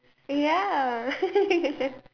ya